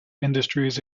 industries